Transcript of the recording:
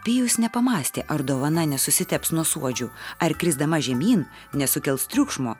pijus nepamąstė ar dovana nesusiteps nuo suodžių ar krisdama žemyn nesukels triukšmo